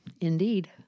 Indeed